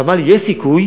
ואמר לי: יש סיכוי